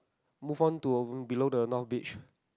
move on to below the north beach